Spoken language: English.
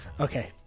Okay